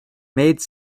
made